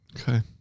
Okay